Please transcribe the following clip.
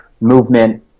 movement